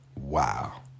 Wow